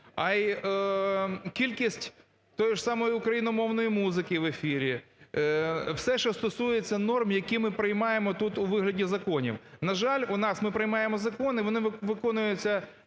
а й кількість тієї ж самої україномовної музики в ефірі, все, що стосується норм, які ми приймаємо тут у вигляді законів. На жаль, у нас, ми приймаємо закони, вони виконуються